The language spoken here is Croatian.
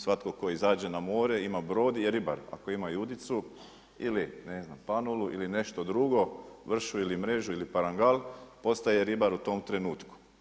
Svatko tko izađe na more, ima brod, je ribar, ako ima i udicu ili ne znam panulu, ili nešto drugu, vršu ili mrežu ili parangal, postaje ribar u tom trenutku.